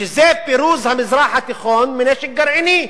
שזה פירוז המזרח התיכון מנשק גרעיני.